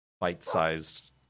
bite-sized